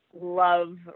love